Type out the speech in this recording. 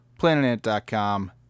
Planetant.com